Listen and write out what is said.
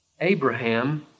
Abraham